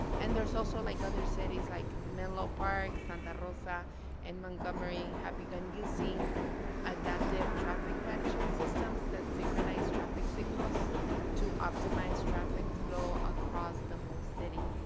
and there's also like other cities like menlo park, santa rosa and montgomery have also begun using adaptive traffic management systems that synchronize traffic signals to optimize traffic flow across the whole city.